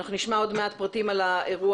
אנחנו נשמע עוד מעט פרטים על האירוע,